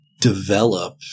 develop